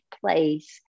place